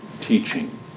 teaching